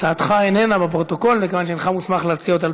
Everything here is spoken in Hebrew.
הצעתך איננה בפרוטוקול מכיוון שאינך מוסמך להציע אותה,